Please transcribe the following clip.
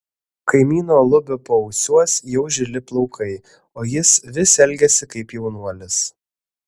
kaimyno lubio paausiuos jau žili plaukai o jis vis elgiasi kaip jaunuolis